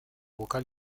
vocal